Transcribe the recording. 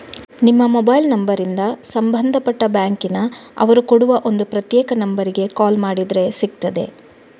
ನಿಮ್ಮ ಮೊಬೈಲ್ ನಂಬರಿಂದ ಸಂಬಂಧಪಟ್ಟ ಬ್ಯಾಂಕಿನ ಅವರು ಕೊಡುವ ಒಂದು ಪ್ರತ್ಯೇಕ ನಂಬರಿಗೆ ಕಾಲ್ ಮಾಡಿದ್ರೆ ಸಿಗ್ತದೆ